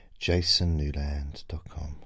jasonnewland.com